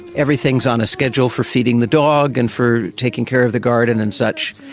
everything is on a schedule for feeding the dog and for taking care of the garden and such.